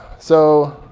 so